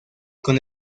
con